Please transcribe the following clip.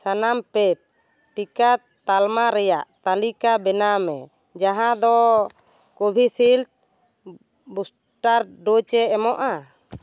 ᱥᱟᱱᱟᱢ ᱯᱮᱰ ᱴᱤᱠᱟ ᱛᱟᱞᱢᱟ ᱨᱮᱭᱟᱜ ᱛᱟᱹᱞᱤᱠᱟ ᱵᱮᱱᱟᱣ ᱢᱮ ᱡᱟᱦᱟᱸ ᱫᱚ ᱠᱳᱵᱷᱤᱥᱤᱞᱰ ᱵᱩᱥᱴᱟᱨ ᱰᱳᱡᱮ ᱮᱢᱚᱜᱼᱟ